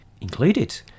included